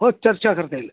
हो चर्चा करता येईल